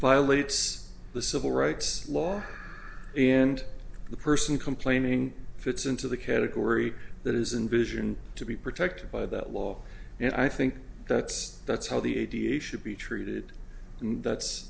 violates the civil rights law and the person complaining fits into the category that isn't vision to be protected by the law and i think that's that's how the a da should be treated and that's